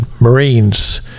marines